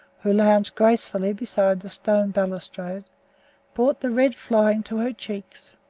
who lounged gracefully beside the stone balustrade brought the red flying to her cheeks.